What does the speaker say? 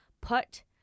put